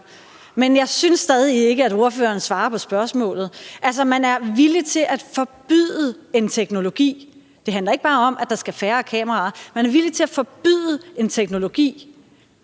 Men jeg synes stadig ikke, at ordføreren svarer på spørgsmålet. Altså, man er villig til at forbyde en teknologi – det handler ikke bare om, at der skal færre kameraer, man er villig til at forbyde en teknologi